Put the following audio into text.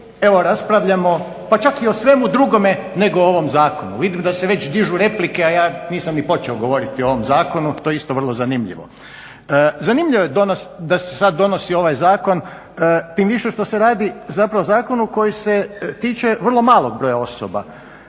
evo raspravljamo pa čak i o svemu drugome nego o ovom zakonu. Vidim da se već dižu replike, a ja nisam ni počeo govoriti o ovom zakonu, to je isto vrlo zanimljivo. Zanimljivo je da se sad donosi ovaj zakon, tim više što se radi zapravo o zakonu koji se tiče vrlo malog broja osoba.